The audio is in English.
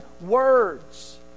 words